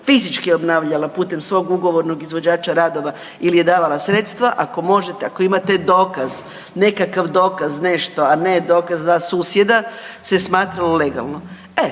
fizički obnavljala putem svog ugovornog izvođača radova ili je davala sredstva, ako možete, ako imate dokaz, nekakav dokaz, nešto, a ne dokaz da susjeda, se smatralo legalno. E,